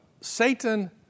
Satan